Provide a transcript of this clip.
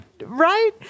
Right